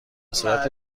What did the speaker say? صورت